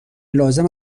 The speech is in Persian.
لازم